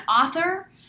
author